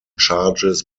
charges